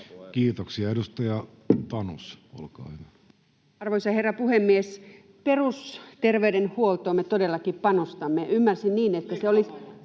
Kiitoksia. — Edustaja Tanus, olkaa hyvä. Arvoisa herra puhemies! Perusterveydenhuoltoon me todellakin panostamme. [Antti Kurvinen: